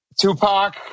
Tupac